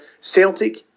Celtic